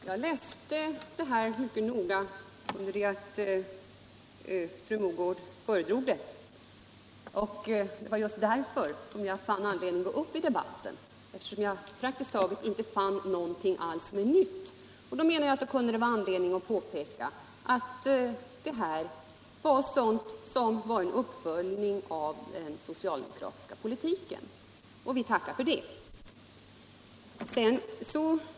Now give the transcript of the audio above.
Herr talman! Jag läste interpellationssvaret mycket noga under det att fru Mogård föredrog det, och jag fann anledning att gå upp i debatten eftersom jag praktiskt taget inte fann någonting som är nytt. Då kunde det, menar jag, vara anledning att påpeka att det var en uppföljning av den socialdemokratiska politiken — och vi tackar för det.